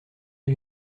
mes